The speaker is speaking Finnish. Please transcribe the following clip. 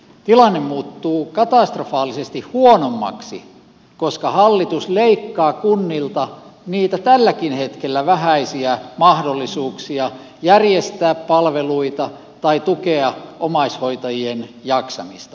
tilanne muuttuu katastrofaalisesti huonommaksi koska hallitus leikkaa kunnilta niitä tälläkin hetkellä vähäisiä mahdollisuuksia järjestää palveluita tai tukea omaishoitajien jaksamista